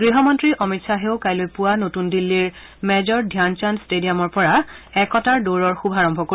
গৃহমন্ত্ৰী অমিত শ্বাহেও কাইলৈ পুৱা নতুন দিল্লীৰ মেজৰ ধ্যানচান্দ টেডিয়ামৰ পৰা একতাৰ দৌৰৰ শুভাৰম্ভ কৰিব